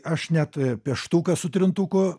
aš net pieštuką su trintuku